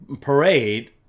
parade